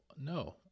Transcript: no